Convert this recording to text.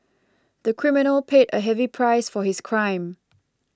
the criminal paid a heavy price for his crime